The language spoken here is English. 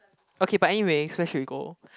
okay but anyway so where should we go